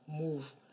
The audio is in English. move